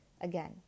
Again